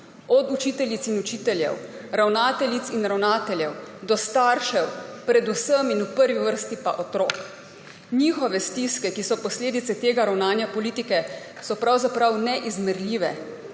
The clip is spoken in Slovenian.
od učiteljic in učiteljev, ravnateljic in ravnateljev do staršev, predvsem in v prvi vrsti pa otrok. Njihove stiske, ki so posledice tega ravnanja politike, so pravzaprav neizmerljive.